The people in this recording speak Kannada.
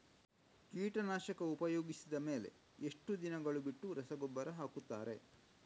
ಕೀಟನಾಶಕ ಉಪಯೋಗಿಸಿದ ಮೇಲೆ ಎಷ್ಟು ದಿನಗಳು ಬಿಟ್ಟು ರಸಗೊಬ್ಬರ ಹಾಕುತ್ತಾರೆ?